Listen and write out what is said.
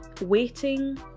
waiting